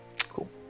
Cool